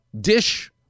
dish